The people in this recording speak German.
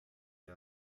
ihr